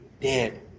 Dead